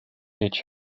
each